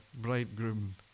bridegroom